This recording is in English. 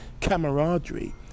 camaraderie